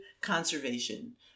conservation